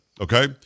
Okay